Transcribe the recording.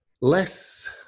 less